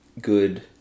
good